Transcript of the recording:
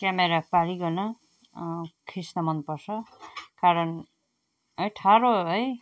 camera पारीकन खिच्न मन पर्छ कारण है ठाडो है